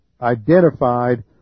identified